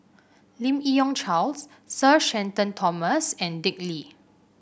Lim Yi Yong Charles Sir Shenton Thomas and Dick Lee